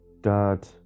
dad